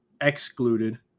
excluded